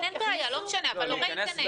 לא משנה, אבל הם יוכלו להיכנס.